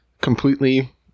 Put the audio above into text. completely